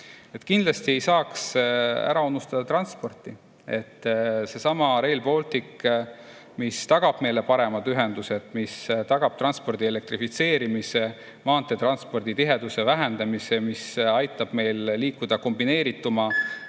Kindlasti ei saa ära unustada transporti. Seesama Rail Baltic, mis tagab meile paremad ühendused, mis tagab transpordi elektrifitseerimise, maanteetranspordi tiheduse vähendamise, mis aitab meil liikuda kombineerituma